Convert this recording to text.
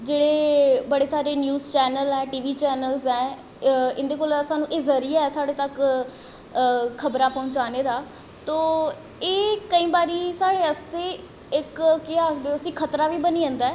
जेह्ड़े बड़े सारे न्यूज चैनल ऐं टी वी चैनल्ज ऐं इं'दे कोला सानूं एह् जरिया ऐ साढ़े तक खबरां पहुंचाने दा तो एह् केईं बारी साढ़े आस्तै इक केह् आखदे उस्सी खतरा बी बनी जंदा ऐ